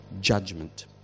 judgment